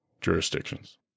jurisdictions